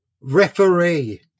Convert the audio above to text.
Referee